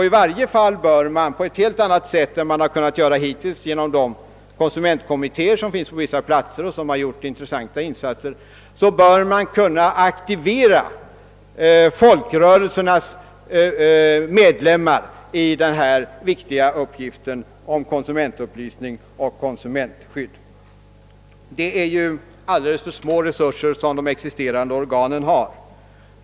I varje fall bör man på ett helt annat sätt än som har kunnat ske hittills genom de konsumentkommittéer som finns på vissa platser och som har gjort intressanta insatser aktivera folkrörelsernas medlemmar i den viktiga uppgift som konsumentupplysning och konsumentskydd utgör. De existerande organen har alldeles för små resurser.